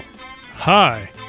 Hi